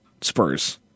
Spurs